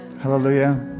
Hallelujah